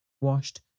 washed